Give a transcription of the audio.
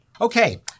Okay